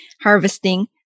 harvesting